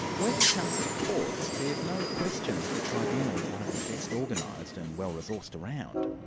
when it comes to courts, there's no question that the tribunal is one of the best organised and well-resourced around.